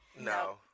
No